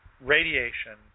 radiation